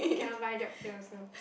cannot buy drugs here also